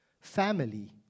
Family